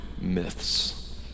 myths